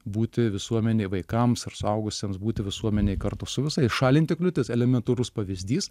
būti visuomenei vaikams ir suaugusiems būti visuomenei kartu su visais šalinti kliūtis elementarus pavyzdys